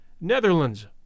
Netherlands